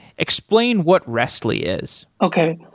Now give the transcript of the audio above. explain what rest li is okay.